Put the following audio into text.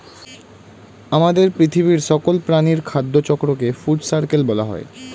আমাদের পৃথিবীর সকল প্রাণীর খাদ্য চক্রকে ফুড সার্কেল বলা হয়